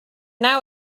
now